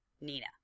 Nina